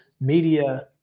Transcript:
media